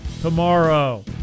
tomorrow